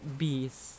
bees